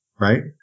Right